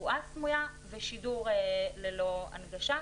בועה סמויה ושידור ללא הנגשה,